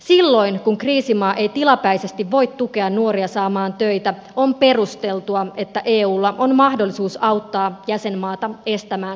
silloin kun kriisimaa ei tilapäisesti voi tukea nuoria saamaan töitä on perusteltua että eulla on mahdollisuus auttaa jäsenmaata estämään syrjäytymistä